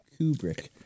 Kubrick